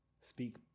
Speak